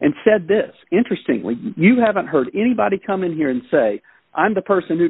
and said this interesting when you haven't heard anybody come in here and say i'm the person who